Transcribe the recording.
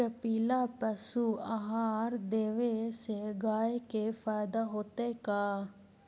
कपिला पशु आहार देवे से गाय के फायदा होतै का?